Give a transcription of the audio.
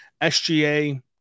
SGA